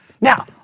Now